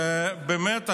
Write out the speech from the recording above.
באמת,